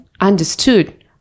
understood